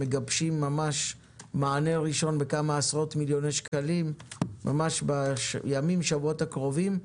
מגבשים עכשיו מענה ראשון בכמה עשרות מיליוני שקלים בשבועות הקרובים.